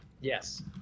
Yes